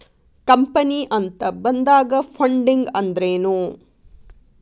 Company ಅಂತ ಬಂದಾಗ funding ಅಂದ್ರೆನು?